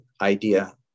idea